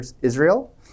Israel